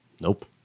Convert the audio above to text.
Nope